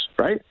right